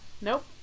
Nope